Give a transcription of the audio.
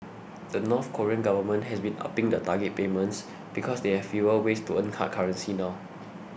the North Korean government has been upping the target payments because they have fewer ways to earn hard currency now